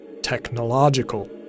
technological